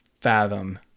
fathom